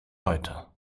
heute